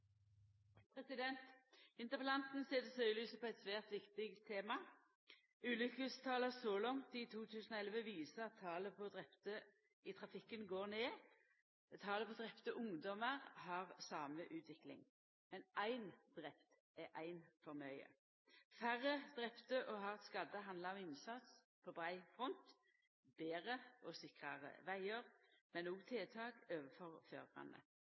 Interpellanten set søkjelyset på eit svært viktig tema. Ulukkestala så langt i 2011 viser at talet på drepne i trafikken går ned. Talet på drepne ungdomar har same utvikling. Men éin drepen er éin for mykje. Færre drepne og hardt skadde handlar om innsats på brei front: betre og sikrare vegar, men òg tiltak overfor